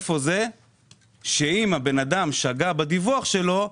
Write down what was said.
והוא שאם הבן אדם שגה בדיווח שלו,